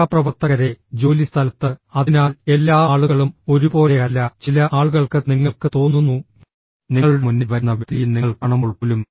സഹപ്രവർത്തകരേ ജോലിസ്ഥലത്ത് അതിനാൽ എല്ലാ ആളുകളും ഒരുപോലെയല്ല ചില ആളുകൾക്ക് നിങ്ങൾക്ക് തോന്നുന്നു നിങ്ങളുടെ മുന്നിൽ വരുന്ന വ്യക്തിയെ നിങ്ങൾ കാണുമ്പോൾ പോലും